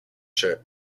shirt